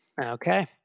Okay